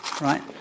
right